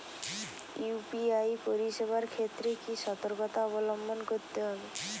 UPI পরিসেবার ক্ষেত্রে কি সতর্কতা অবলম্বন করতে হবে?